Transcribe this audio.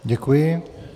Děkuji.